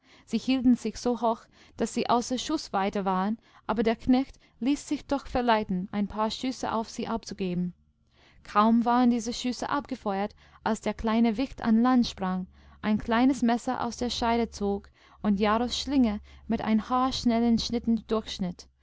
sie hielten sich so hoch daß sie außer schußweite waren aber der knecht ließ sich doch verleiten ein paar schüsse auf sie abzugeben kaum waren diese schüsseabgefeuert alsderkleinewichtanlandsprang einkleinesmesser aus der scheide zog und jarros schlinge mit ein paar schnellen schnitten